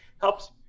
helps